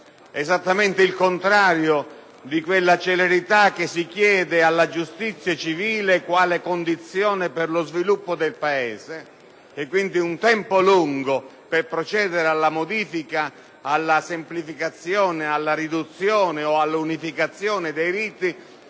]esattamente il contrario di quella celerita` che si chiede alla giustizia civile quale condizione per lo sviluppo del Paese, perche´ per procedere alla modifica, alla semplificazione, alla riduzione o all’unificazione dei riti